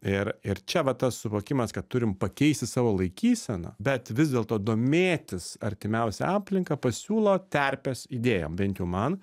ir ir čia va tas suvokimas kad turim pakeisti savo laikyseną bet vis dėlto domėtis artimiausia aplinka pasiūlo terpės idėją bent jau man